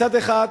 מצד אחד,